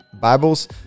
Bibles